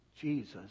Jesus